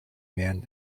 man